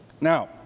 Now